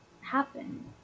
happen